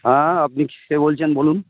হ্যাঁ আপনি কে বলছেন বলুন